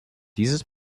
dieses